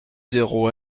zéro